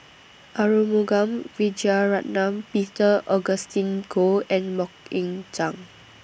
Arumugam Vijiaratnam Peter Augustine Goh and Mok Ying Jang